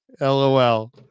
LOL